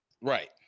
right